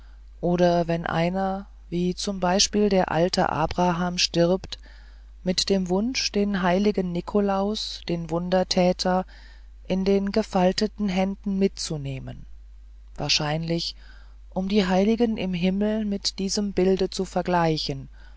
oder wenn einer wie zum beispiel der alte abraham stirbt mit dem wunsch den heiligen nikolaus den wundertäter in den gefalteten händen mitzunehmen wahrscheinlich um die heiligen im himmel mit diesem bilde zu vergleichen